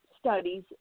studies